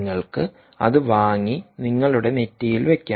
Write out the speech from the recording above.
നിങ്ങൾക്ക് അത് വാങ്ങി നിങ്ങളുടെ നെറ്റിയിൽ വെയ്ക്കാം